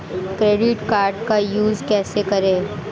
Credit card का use कैसे करें?